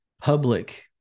public